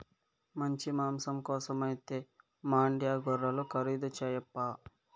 మంచి మాంసం కోసమైతే మాండ్యా గొర్రెలు ఖరీదు చేయప్పా